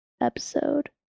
episode